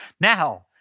Now